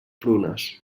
prunes